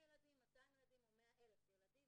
הם נכנסים ומעבירים ידע שרכשו על ידי מדריכים